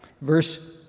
Verse